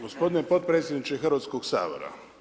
Gospodine potpredsjedniče Hrvatskog sabora.